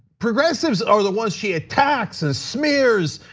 progressives are the ones she attacks and smears,